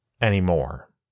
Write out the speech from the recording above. anymore